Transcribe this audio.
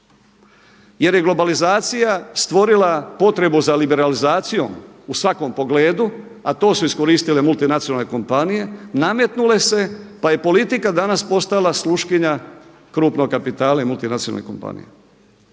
jer je globalizacija stvorila potrebu za liberalizacijom u svakom pogledu, a to su iskoristile multinacionalne kompanije, nametnule se, pa je politika danas postala sluškinja krupnog kapitala i multinacionalnih kompanija.